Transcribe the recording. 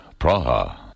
Praha